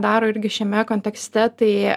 daro irgi šiame kontekste tai